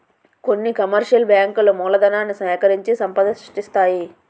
కొన్ని కమర్షియల్ బ్యాంకులు మూలధనాన్ని సేకరించి సంపద సృష్టిస్తాయి